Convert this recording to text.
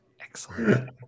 excellent